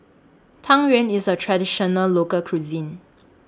Tang Yuen IS A Traditional Local Cuisine